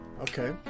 Okay